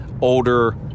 older